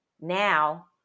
now